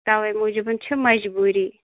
تَوَے موٗجوٗبَن چھِ مَجبوٗری